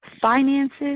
finances